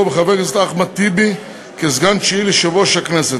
בחבר הכנסת אחמד טיבי כסגן תשיעי ליושב-ראש הכנסת.